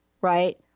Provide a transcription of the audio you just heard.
right